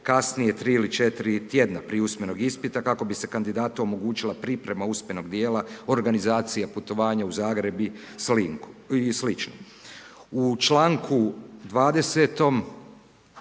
najkasnije 3 ili 4 tjedna prije usmenog ispita kako bi se kandidatu omogućila priprema usmenog dijela, organizacija putovanja u Zagreb i slično. U čl. 30.,